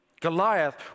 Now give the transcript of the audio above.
Goliath